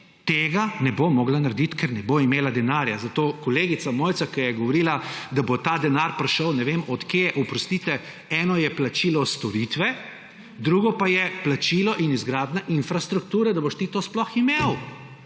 tega ne bo mogla narediti, ker ne bo imela denarja. Zato, kolegica Mojca, ki je govorila, da bo ta denar prišel ne vem od kje, oprostite, eno je plačilo storitve, drugo pa je plačilo in izgradnja infrastrukture, da boš ti to sploh imel.